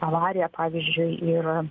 avarija pavyzdžiui ir